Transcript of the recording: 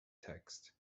text